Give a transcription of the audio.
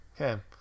okay